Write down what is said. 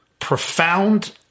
Profound